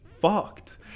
fucked